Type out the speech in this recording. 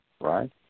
right